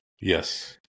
Yes